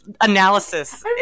analysis